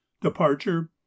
Departure